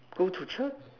go to Church